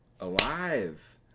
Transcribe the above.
alive